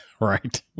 Right